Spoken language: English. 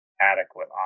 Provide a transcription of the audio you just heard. adequate